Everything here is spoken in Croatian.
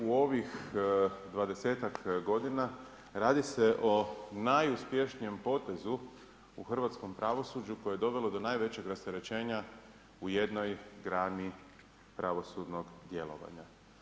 Ustavi u ovih 20-ak godina radi se o najuspješnijem potezu u hrvatskom pravosuđu koje je dovelo do najvećeg rasterećenja u jednoj grani pravosudnog djelovanja.